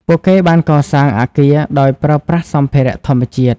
ពួកគេបានកសាងអគារដោយប្រើប្រាស់សម្ភារៈធម្មជាតិ។